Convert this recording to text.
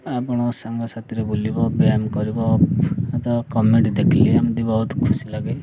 ଆପଣ ସାଙ୍ଗସାଥିରେ ବୁଲିବ ବ୍ୟାୟାମ କରିବ ତ କମେଡ଼ି ଦେଖିଲେ ଏମିତି ବହୁତ ଖୁସି ଲାଗେ